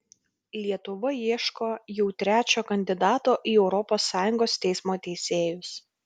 lietuva ieško jau trečio kandidato į europos sąjungos teismo teisėjus